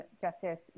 Justice